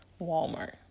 Walmart